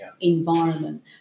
environment